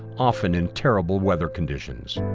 often in terrible weather conditions.